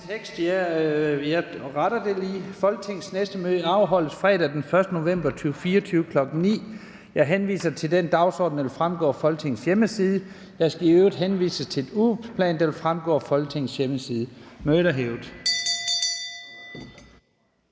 i dette møde. Folketingets næste møde afholdes fredag den 1. november 2024 kl. 9.00. Jeg henviser til den dagsorden, der vil fremgå af Folketingets hjemmeside, og jeg skal i øvrigt henvise til den ugeplan, der vil fremgå af Folketingets hjemmeside. Mødet er hævet.